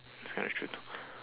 kinda true